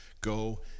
Go